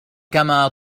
كما